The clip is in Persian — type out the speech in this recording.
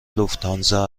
لوفتانزا